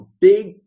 big